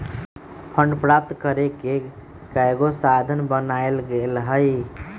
fund प्राप्त करेके कयगो साधन बनाएल गेल हइ